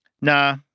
Nah